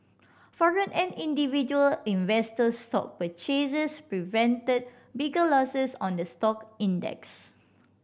foreign and individual investor stock purchases prevented bigger losses on the stock index